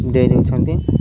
ଦେଇ ଦେଉଛନ୍ତି